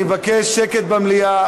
אני מבקש שקט במליאה.